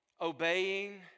obeying